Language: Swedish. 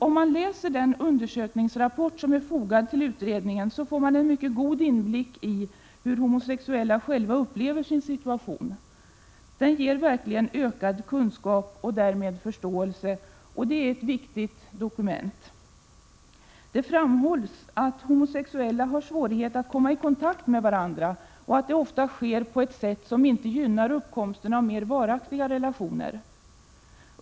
Om man läser den undersökningsrapport som är fogad till utredningen får man en mycket god inblick i hur homosexuella själva upplever sin situation. Den ger verkligen ökad kunskap och därmed förståelse. Den är ett viktigt dokument. Det framhålls att homosexuella har svårighet att komma i kontakt med varandra och att det ofta sker på ett sätt som inte gynnar uppkomsten av mer varaktiga relationer.